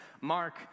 mark